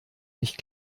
nicht